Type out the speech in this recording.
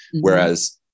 Whereas